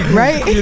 right